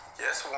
yes